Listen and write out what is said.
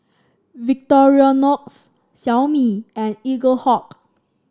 Victorinox Xiaomi and Eaglehawk